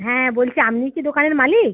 হ্যাঁ বলছি আপনি কি দোকানের মালিক